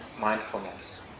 mindfulness